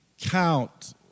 count